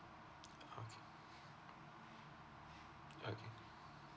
okay okay